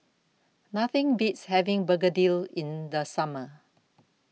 Nothing Beats having Begedil in The Summer